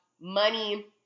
money